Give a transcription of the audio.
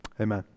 amen